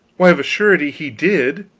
why, of a surety he did.